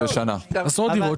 רק מעל 15 מיליון ₪.